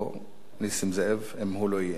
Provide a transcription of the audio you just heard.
או נסים זאב, אם הוא לא יהיה.